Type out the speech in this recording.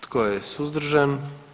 Tko je suzdržan?